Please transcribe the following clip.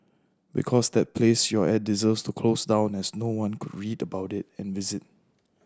because that place you're at deserves to close down as no one could read about it and visit